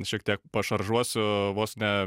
šiek tiek pašaržiuosiu vos ne